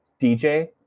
DJ